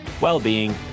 well-being